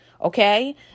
Okay